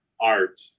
art